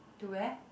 to where